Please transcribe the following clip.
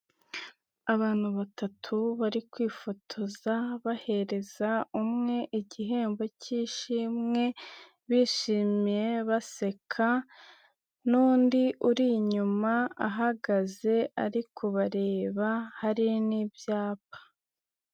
Abantu batatu bari kwifotoza bahereza umwe igihembo k'ishimwe, bishimye baseka, n'undi uri inyuma ahagaze ari kubareba hari n'ibyapa.